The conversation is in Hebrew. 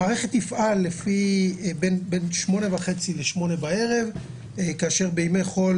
המערכת תפעל בין 08:30 ל-20:00 בימי חול